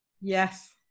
Yes